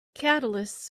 catalysts